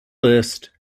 list